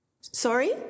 Sorry